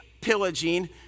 pillaging